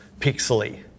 pixely